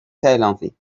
silently